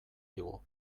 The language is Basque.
digu